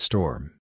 Storm